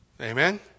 Amen